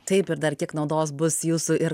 taip ir dar kiek naudos bus jūsų ir